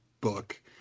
book